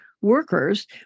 workers